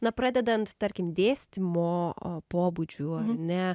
na pradedant tarkim dėstymo o pobūdžiu ne